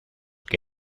que